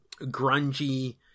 grungy